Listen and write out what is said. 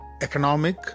economic